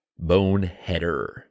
boneheader